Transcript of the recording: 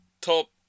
top